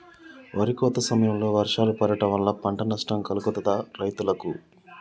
వరి కోత సమయంలో వర్షాలు పడటం వల్ల పంట నష్టం కలుగుతదా రైతులకు?